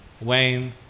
Wayne